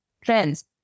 trends